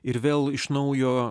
ir vėl iš naujo